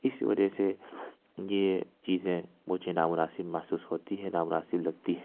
اس وجہ سے یہ چیزیں مجھے نامناسب محسوس ہوتی ہیں نامناسب لگتی ہیں